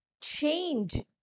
change